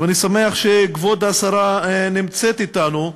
ואני שמח שכבוד השרה נמצאת אתנו.